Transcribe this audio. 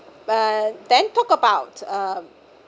but then talk about uh